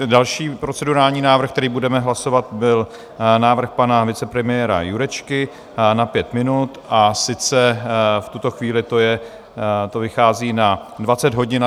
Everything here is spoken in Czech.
Další procedurální návrh, který budeme hlasovat, byl návrh pana vicepremiéra Jurečky na pět minut, a sice v tuto chvíli to vychází na 20.25 hodin.